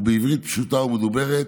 ובעברית פשוטה ומדוברת,